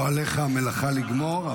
לא עליך המלאכה לגמור,